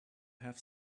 have